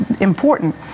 important